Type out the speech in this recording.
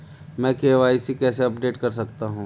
मैं के.वाई.सी कैसे अपडेट कर सकता हूं?